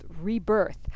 rebirth